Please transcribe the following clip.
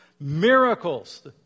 Miracles